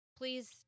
Please